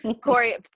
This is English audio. Corey